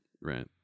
right